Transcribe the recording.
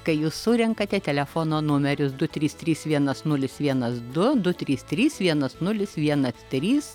kai jūs surenkate telefono numerius du trys trys vienas nulis vienas du du trys trys vienas nulis vienas trys